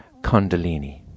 Kundalini